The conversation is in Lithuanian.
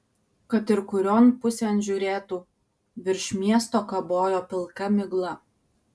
kad ir kurion pusėn žiūrėtų virš miesto kabojo pilka migla